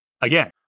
Again